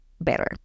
better